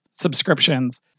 subscriptions